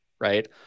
Right